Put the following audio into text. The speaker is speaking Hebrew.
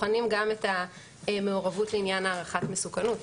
בוחנים גם את המעורבות לעניין הערכת מסוכנות,